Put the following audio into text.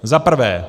Zaprvé.